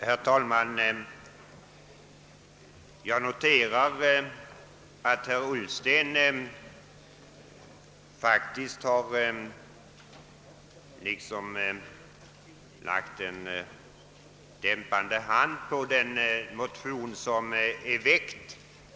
Herr talman! Jag noterar att herr Ullsten nu liksom har lagt en dämpande hand över den motion som är väckt.